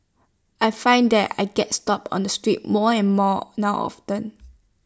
I find that I get stopped on the street more and more now often